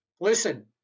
Listen